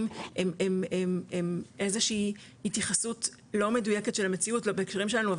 הם איזושהי התייחסות לא מדויקת של המציאות לא בהקשרים שלנו,